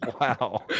Wow